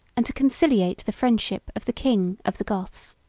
and to conciliate the friendship of the king of the goths.